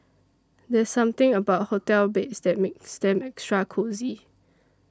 there's something about hotel beds that makes them extra cosy